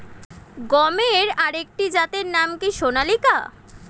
গমের আরেকটি জাতের নাম কি সোনালিকা?